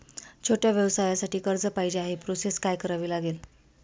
छोट्या व्यवसायासाठी कर्ज पाहिजे आहे प्रोसेस काय करावी लागेल?